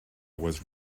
was